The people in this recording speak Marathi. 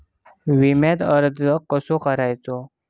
विम्याक अर्ज कसो करायचो?